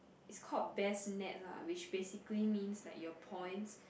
is called best nett lah which basically means like your points